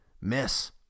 Miss